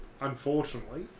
Unfortunately